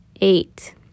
Eight